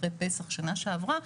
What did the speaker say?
אחרי פסח שנה שעברה,